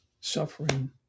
suffering